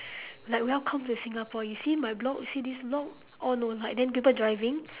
like welcome to singapore you see my block you see this block all no light then people driving